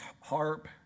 harp